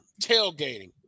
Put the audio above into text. Tailgating